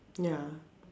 ya